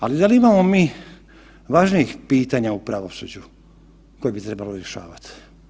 Ali da li imamo mi važnijih pitanja u pravosuđu koje bi trebali rješavati?